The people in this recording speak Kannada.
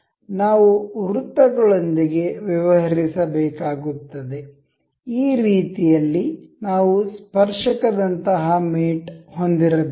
ನಾವು ವೃತ್ತಗಳೊಂದಿಗೆ ವ್ಯವಹರಿಸಬೇಕಾಗುತ್ತದೆ ಈ ರೀತಿಯಲ್ಲಿ ನಾವು ಸ್ಪರ್ಶಕ ದಂತಹ ಮೇಟ್ ಹೊಂದಿರಬೇಕು